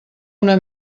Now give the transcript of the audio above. una